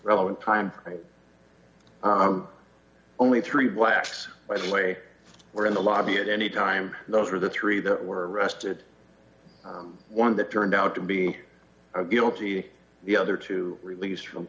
relevant time only three blacks by the way were in the lobby at any time those were the three that were arrested one that turned out to be guilty the other two released from